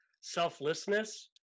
selflessness